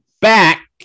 back